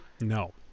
No